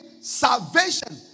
salvation